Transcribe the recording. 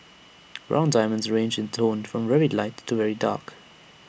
brown diamonds range in tone from very light to very dark